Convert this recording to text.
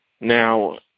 Now